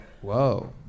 Whoa